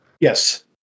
Yes